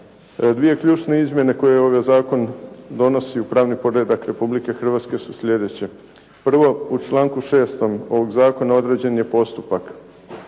Dvije ključne izmjene koje ovaj zakon donosi u pravni poredak Republike Hrvatske su sljedeće. Prvo, u članku 6. ovog zakona određen je postupak